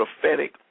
prophetic